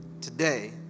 Today